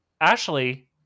Ashley